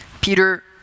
Peter